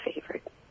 favorite